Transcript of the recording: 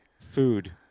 Food